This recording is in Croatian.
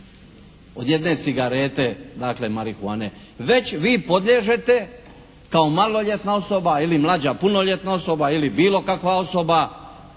od jedne cigarete dakle marihuane. Već vi podliježete kao maloljetna osoba ili mlađa punoljetna osoba, ili bilo kakva osoba